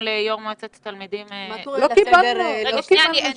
לא קבלנו